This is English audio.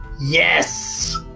Yes